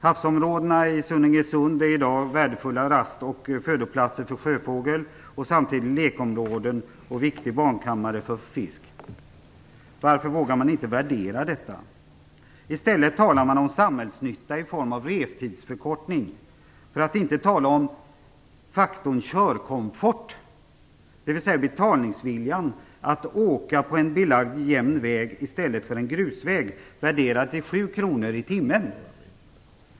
Havsområdena i Sunningesund är i dag värdefulla rast och födoplaster för sjöfågel och samtidigt lekområden och viktig barnkammare för fisk. Varför vågar man inte värdera detta? I stället talar man om samhällsnytta i form av restidsförkortning, för att inte tala om faktorn körkomfort, dvs. betalningsviljan att åka på en belagd jämn väg i stället för på en grusväg, värderad till sju kronor i timmen.